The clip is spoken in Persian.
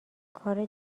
کار